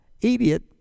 idiot